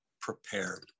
prepared